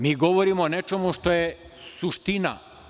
Mi govorimo o nečemu što je suština.